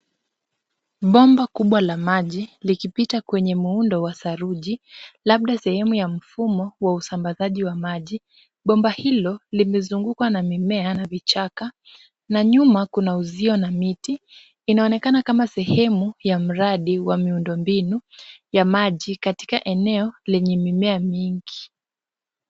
Bomba kubwa la maji likipita kwenye muundo wa saruji, labda sehemu ya mfumo wa usambazaji wa maji. Bomba hilo limezungukwa na mimea na vichaka na nyuma kuna uzio na miti. Inaonekana kama sehemu ya mradi wa miundo mbinu ya maji katika eneo lenye mimea mingi.